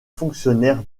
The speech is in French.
fonctionnaire